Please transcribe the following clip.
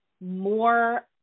more